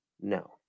No